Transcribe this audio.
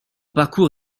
parcours